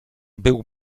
był